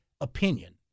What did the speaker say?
opinion